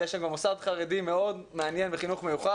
יש שם מוסד חרדי מאוד מעניין בחינוך המיוחד